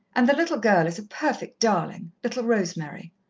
and the little girl is a perfect darling little rosemary.